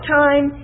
time